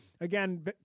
Again